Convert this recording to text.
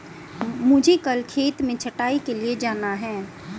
मुझे कल खेत में छटाई के लिए जाना है